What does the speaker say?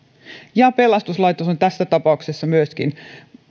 ja pelastuslaitos on tässä tapauksessa myöskin